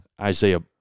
Isaiah